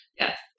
Yes